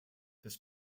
this